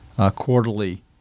quarterly